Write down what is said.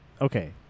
okay